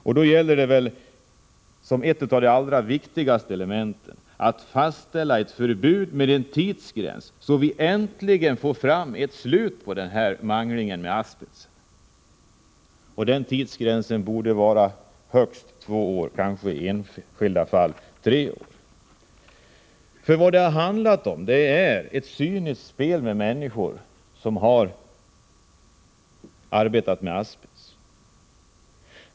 En av de allra viktigaste åtgärderna är väl då att fastställa ett förbud med en tidsgräns, så att vi äntligen får ett slut på den här manglingen av asbestfrågan. Tidsgränsen borde vara högst två år, kanske i enskilda fall tre år. Vad det här har handlat om är ett cyniskt spel med människor som har arbetat med asbest.